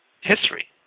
history